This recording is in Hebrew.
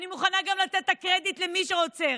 אני מוכנה גם לתת את הקרדיט למי שרוצה,